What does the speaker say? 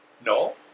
No